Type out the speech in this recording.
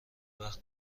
وقت